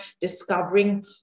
discovering